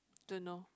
don't know